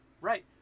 Right